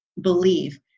believe